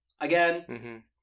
Again